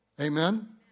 Amen